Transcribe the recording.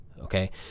okay